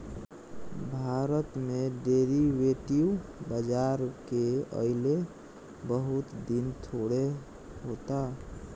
भारत में डेरीवेटिव बाजार के अइले बहुत दिन थोड़े होता